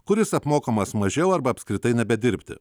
kuris apmokamas mažiau arba apskritai nebedirbti